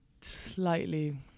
slightly